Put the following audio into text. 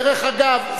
דרך אגב,